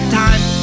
time